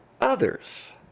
others